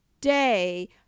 day